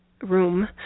room